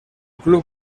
club